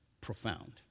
profound